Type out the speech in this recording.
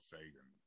Sagan